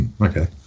Okay